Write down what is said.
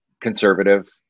conservative